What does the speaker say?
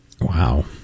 Wow